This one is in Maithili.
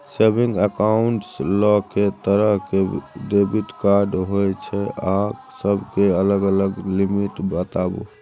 सेविंग एकाउंट्स ल के तरह के डेबिट कार्ड होय छै आ सब के अलग अलग लिमिट बताबू?